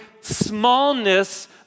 smallness